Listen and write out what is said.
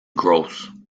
gross